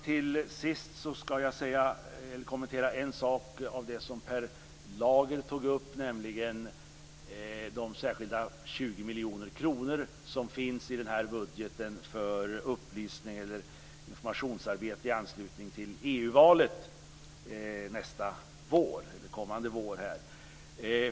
Till sist skall jag kommentera en sak av det som Per Lager tog upp, nämligen de särskilda 20 miljoner kronor som finns i den här budgeten för upplysning eller informationsarbete i anslutning till EU-valet kommande vår.